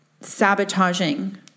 sabotaging